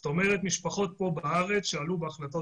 זאת אומרת משפחות פה בארץ שעלו בהחלטות